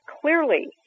Clearly